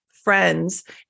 Friends